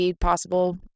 possible